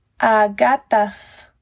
Agatas